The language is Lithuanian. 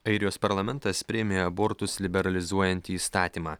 airijos parlamentas priėmė abortus liberalizuojantį įstatymą